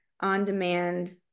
on-demand